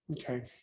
okay